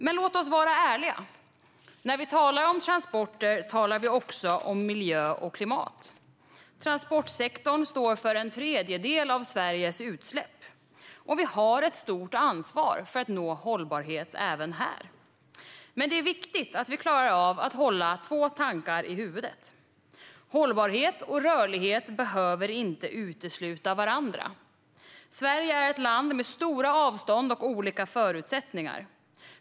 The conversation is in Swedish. Men låt oss vara ärliga: När vi talar om transporter talar vi också om miljö och klimat. Transportsektorn står för en tredjedel av Sveriges utsläpp, och vi har ett stort ansvar för att nå hållbarhet även här. Det är dock viktigt att vi klarar av att hålla två tankar i huvudet samtidigt. Hållbarhet och rörlighet behöver inte utesluta varandra. Sverige är ett land med stora avstånd och olika förutsättningar.